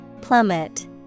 Plummet